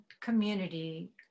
community